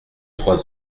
trois